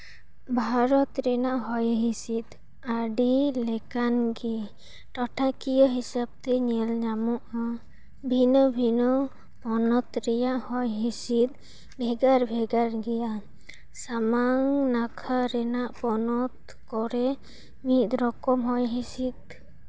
ᱵᱷᱟᱨᱚᱛ ᱨᱮᱱᱟᱜ ᱦᱚᱭ ᱦᱤᱸᱥᱤᱫ ᱟᱹᱰᱤ ᱞᱮᱠᱟᱱ ᱜᱮ ᱴᱚᱴᱷᱟᱠᱤᱭᱟᱹ ᱦᱤᱥᱟᱹᱵᱛᱮ ᱧᱮᱞ ᱧᱟᱢᱚᱜᱼᱟ ᱵᱷᱤᱱᱟᱹ ᱵᱷᱤᱱᱟᱹ ᱯᱚᱱᱚᱛ ᱨᱮᱭᱟᱜ ᱦᱚᱭ ᱦᱤᱸᱥᱤᱫ ᱵᱷᱮᱜᱟᱨ ᱵᱷᱮᱜᱟᱨ ᱜᱮᱭᱟ ᱥᱟᱢᱟᱝ ᱱᱟᱠᱷᱟ ᱨᱮᱱᱟᱜ ᱯᱚᱱᱚᱛ ᱠᱚᱨᱮᱫ ᱢᱤᱫ ᱨᱚᱠᱚᱢ ᱦᱚᱭ ᱦᱤᱸᱥᱤᱫ